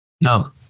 No